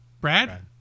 Brad